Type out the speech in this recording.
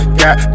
got